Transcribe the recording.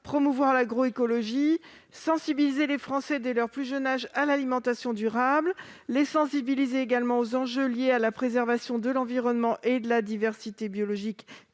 promouvoir l'agroécologie, de sensibiliser les Français dès leur plus jeune âge à l'alimentation durable, ainsi qu'aux enjeux liés à la préservation de l'environnement, de la diversité biologique